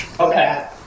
Okay